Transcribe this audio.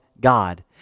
God